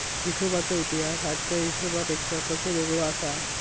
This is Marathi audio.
हिशोबाचो इतिहास आजच्या हिशेबापेक्षा कसो वेगळो आसा?